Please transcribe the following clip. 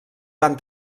van